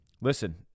Listen